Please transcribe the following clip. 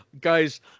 guys